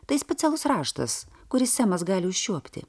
tai specialus raštas kurį semas gali užčiuopti